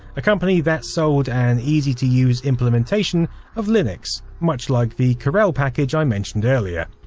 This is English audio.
a company that sold an easy to use implementation of linux, much like the corel package i mentioned earlier.